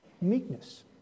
Meekness